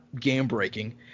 game-breaking